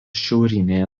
šiaurinėje